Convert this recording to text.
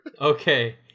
Okay